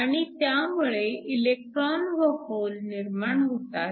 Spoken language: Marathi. आणि त्यामुळे इलेक्ट्रॉन व होल निर्माण होतात